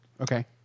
Okay